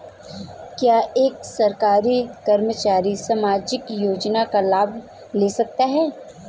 क्या एक सरकारी कर्मचारी सामाजिक योजना का लाभ ले सकता है?